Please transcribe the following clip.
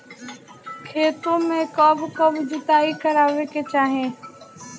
खेतो में कब कब जुताई करावे के चाहि?